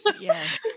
Yes